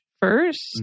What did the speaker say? First